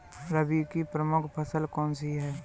रबी की प्रमुख फसल कौन सी है?